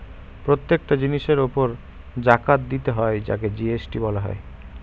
প্রত্যেকটা জিনিসের উপর জাকাত দিতে হয় তাকে জি.এস.টি বলা হয়